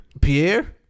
Pierre